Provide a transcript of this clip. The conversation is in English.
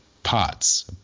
parts